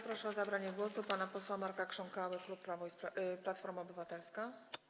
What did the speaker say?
Proszę o zabranie głosu pana posła Marka Krząkałę, klub Platforma Obywatelska.